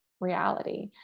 reality